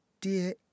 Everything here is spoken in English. dear